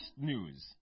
news